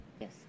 Yes